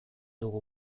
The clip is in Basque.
dugu